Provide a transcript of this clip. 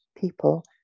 people